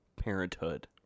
Parenthood